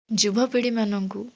ଯୁବପିଢ଼ିମାନଙ୍କୁ